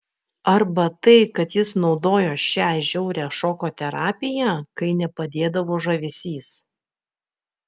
arba tai kad jis naudojo šią žiaurią šoko terapiją kai nepadėdavo žavesys